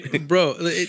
bro